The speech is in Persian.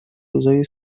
روزای